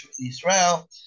Israel